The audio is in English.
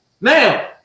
Now